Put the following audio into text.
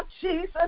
Jesus